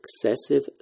excessive